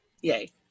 yay